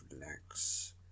relax